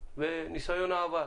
ועל ניסיון העבר.